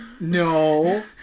No